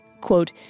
quote